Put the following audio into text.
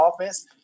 offense